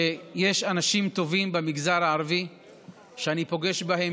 שיש אנשים טובים במגזר הערבי שאני פוגש בהם